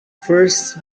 first